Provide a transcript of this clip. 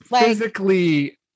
Physically